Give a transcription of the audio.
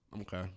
Okay